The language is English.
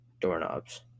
Doorknobs